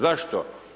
Zašto?